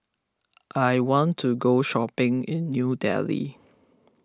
I want to go shopping in New Delhi